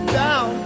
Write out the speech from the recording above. down